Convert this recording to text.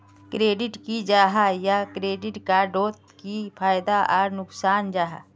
Credit की जाहा या क्रेडिट कार्ड डोट की फायदा आर नुकसान जाहा?